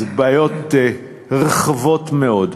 אלה בעיות רחבות מאוד.